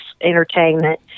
entertainment